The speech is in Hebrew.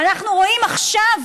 ואנחנו רואים עכשיו,